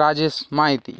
Rajesh Maiti